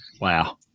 Wow